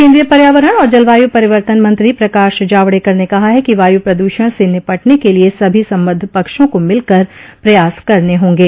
केन्द्रीय पर्यावरण और जलवायु परिवर्तन मंत्री प्रकाश जावड़ेकर ने कहा है कि वायु प्रदूषण से निपटने के लिए सभी संबंद्व पक्षों को मिलकर प्रयास करने होंगे